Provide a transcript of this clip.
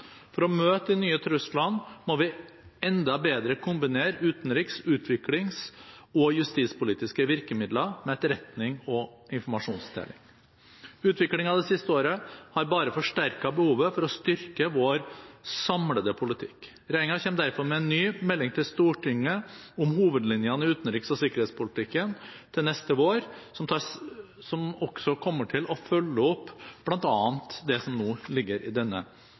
For å møte de nye truslene må vi enda bedre kombinere utenriks-, utviklings- og justispolitiske virkemidler med etterretning og informasjonsdeling. Utviklingen det siste året har bare forsterket behovet for å styrke vår samlede politikk. Regjeringen kommer derfor med en ny melding til Stortinget om hovedlinjene i utenriks- og sikkerhetspolitikken til neste vår, som også kommer til å følge opp bl.a. det som nå ligger i denne